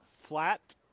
flat